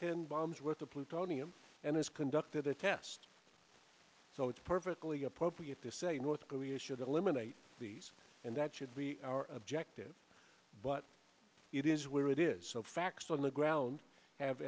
ten bombs with the plutonium and this conducted the test so it's perfectly appropriate to say north korea should eliminate these and that should be our objective but it is where it is so facts on the ground have